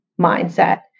mindset